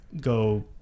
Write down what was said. go